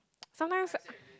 sometimes